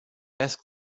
asked